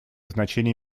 значение